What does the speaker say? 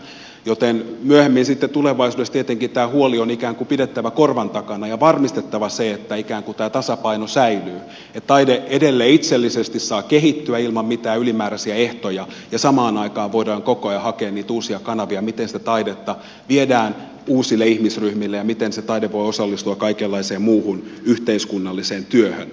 minä luulen että tämä huoli kumpuaa sieltä joten myöhemmin sitten tulevaisuudessa tietenkin tämä huoli on ikään kuin pidettävä korvan takana ja varmistettava se että ikään kuin tämä tasapaino säilyy ja taide edelleen itsellisesti saa kehittyä ilman mitään ylimääräisiä ehtoja ja samaan aikaan voidaan koko ajan hakea niitä uusia kanavia miten sitä taidetta viedään uusille ihmisryhmille ja miten se voi osallistua kaikenlaiseen muuhun yhteiskunnalliseen työhön